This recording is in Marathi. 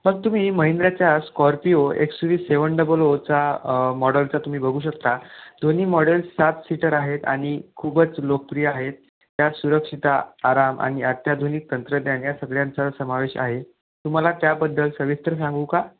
मग तुम्ही महिंद्राच्या Scorpio X U V seven double ओचा मॉडलचा तुम्ही बघू शकता दोन्ही मॉडेल्स सात सीटर आहेत आणि खूपच लोकप्रिय आहेत त्यात सुरक्षितता आराम आणि अत्याधुनिक तंत्रज्ञान या सगळ्यांचा समावेश आहे तुम्हाला त्याबद्दल सविस्तर सांगू का